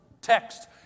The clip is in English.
text